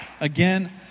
again